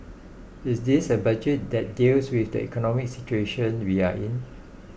is this a budget that deals with the economic situation we are in